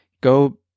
go